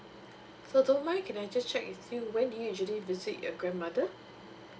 so don't mind can I just check with you when do you usually visit your grandmother